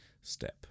step